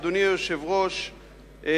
אדוני היושב-ראש,